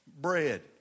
bread